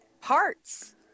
parts